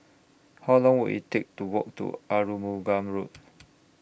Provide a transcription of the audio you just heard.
How Long Will IT Take to Walk to Arumugam Road